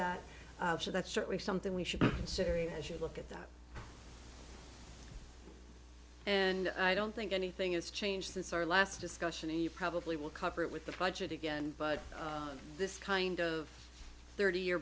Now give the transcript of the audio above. that so that's certainly something we should be considering as you look at that and i don't think anything is changed since our last discussion and you probably will cover it with the budget again but this kind of thirty year